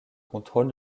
contrôle